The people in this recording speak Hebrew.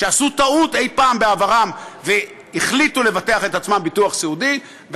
שעשו טעות אי-פעם בעברם והחליטו לבטח את עצמם ביטוח סיעודי,